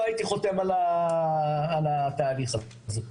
לא הייתי חותם על התהליך הזה.